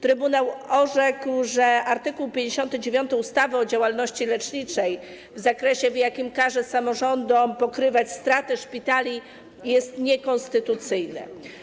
Trybunał orzekł, że art. 59 ustawy o działalności leczniczej w zakresie, w jakim każe samorządom pokrywać straty szpitali, jest niekonstytucyjny.